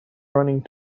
running